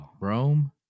Rome